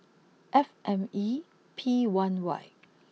F M E P one Y